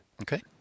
Okay